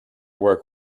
work